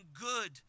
good